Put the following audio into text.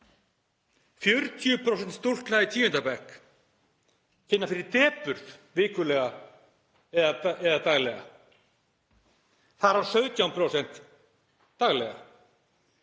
40% stúlkna í tíunda bekk finna fyrir depurð vikulega eða daglega, þar af 17% daglega.